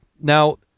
Now